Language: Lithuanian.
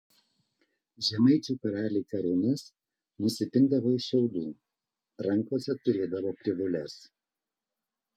žemaičių karaliai karūnas nusipindavo iš šiaudų rankose turėdavo krivūles